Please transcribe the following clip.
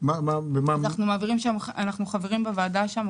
אנחנו חברים בוועדה שם,